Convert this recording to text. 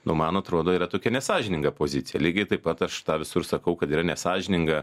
nu man atrodo yra tokia nesąžininga pozicija lygiai taip pat aš tą visur sakau kad yra nesąžininga